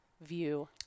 view